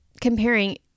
comparing